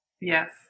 Yes